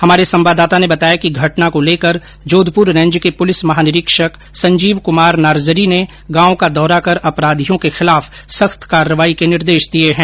हमारे संवाददाता ने बताया कि घटना को लेकर जोधप्र रेंज के प्रलिस महानिरीक्षक संर्जीव कुमार नार्जारी ने गांव का दौरा कर आरोपियों के खिलाफ संख्त कार्रवाई के निर्देश दिये है